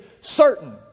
certain